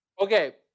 Okay